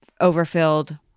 overfilled